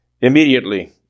immediately